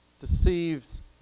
deceives